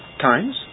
times